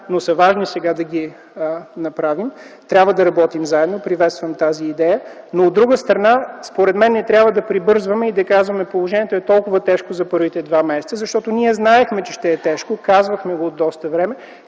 но са важни сега да ги направим. Трябва да работим заедно, приветствам тази идея, но от друга страна, според мен не трябва да прибързваме и да казваме: положението е толкова тежко за първите два месеца, защото ние знаехме, че ще е тежко, казвахме го от доста време.